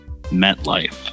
MetLife